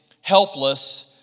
helpless